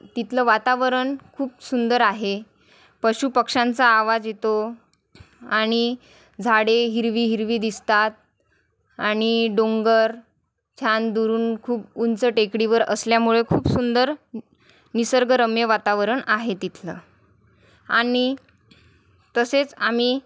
तिथलं वातावरण खूप सुंदर आहे पशुपक्षांचा आवाज येतो आणि झाडे हिरवी हिरवी दिसतात आणि डोंगर छान दुरून खूप उंच टेकडीवर असल्यामुळं खूप सुंदर निसर्गरम्य वातावरण आहे तिथलं आणि तसेच आम्ही